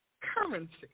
currency